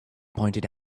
pointed